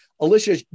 Alicia